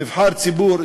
נבחר ציבור,